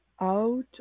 out